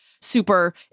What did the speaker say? super